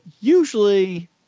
usually